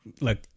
Look